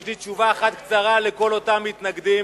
יש לי תשובה אחת קצרה לכל אותם מתנגדים